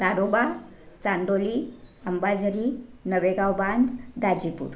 Tadoba Chandoli Ambazari Navegaon Bandh Dajipur